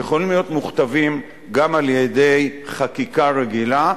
ויכולים להיות מוכתבים גם על-ידי חקיקה רגילה,